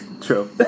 True